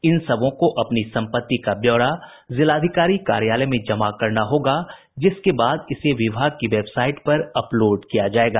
इन सबों को अपनी सम्पत्ति का ब्यौरा जिलाधिकारी कार्यालय में जमा करना होगा जिसके बाद इसे विभाग की वेबसाईट पर अपलोड किया जायेगा